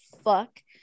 fuck